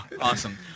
Awesome